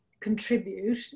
contribute